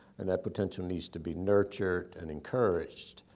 and that potential needs to be nurtured and encouraged,